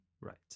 Right